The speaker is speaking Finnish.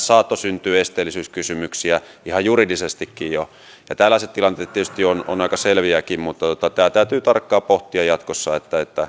saattoi syntyä esteellisyyskysymyksiä ihan juridisestikin jo ja tällaiset tilanteet tietysti ovat aika selviäkin tämä täytyy tarkkaan pohtia jatkossa